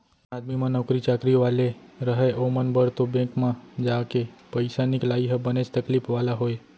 जेन आदमी मन नौकरी चाकरी वाले रहय ओमन बर तो बेंक म जाके पइसा निकलाई ह बनेच तकलीफ वाला होय